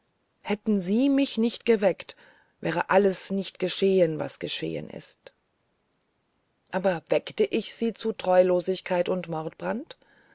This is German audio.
hätten sie mich nicht geweckt wäre alles nicht geschehen was geschehen ist aber weckte ich sie zu treulosigkeit und